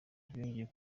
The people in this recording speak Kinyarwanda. ryongeye